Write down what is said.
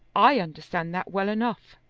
i understand that well enough.